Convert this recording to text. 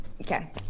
Okay